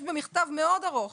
יש מכתב מאוד ארוך